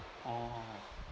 oh